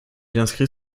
inscrit